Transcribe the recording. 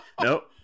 Nope